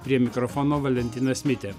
prie mikrofono valentinas mitė